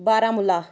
Baramulla